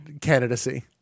candidacy